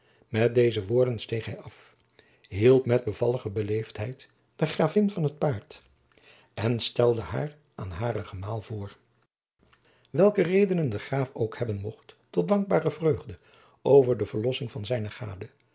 met deze woorden steeg hij af hielp met bevallige beleefdheid de gravin van het paard en stelde haar aan haren gemaal voor welke redenen de graaf ook hebben mocht tot dankbare vreugde over de verlossing van zijne gade